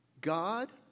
God